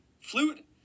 Flute